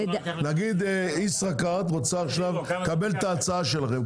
נגיד ישראכרט רוצה עכשיו לקבל את ההצעה שלהם,